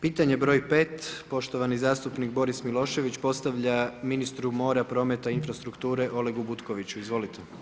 Pitanje br. 5. poštovani zastupnik Boris Milošević, postavlja ministru mora, prometa i infrastrukture Olegu Butkoviću, izvolite.